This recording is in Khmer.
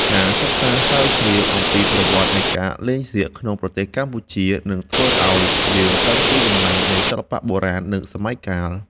ការសិក្សាស្រាវជ្រាវអំពីប្រវត្តិនៃការលេងសៀកក្នុងប្រទេសកម្ពុជានឹងធ្វើឱ្យយើងដឹងពីតម្លៃនៃសិល្បៈបុរាណ និង សម័យកាល។